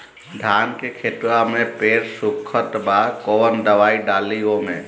धान के खेतवा मे पेड़ सुखत बा कवन दवाई डाली ओमे?